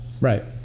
Right